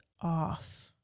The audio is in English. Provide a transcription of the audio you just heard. off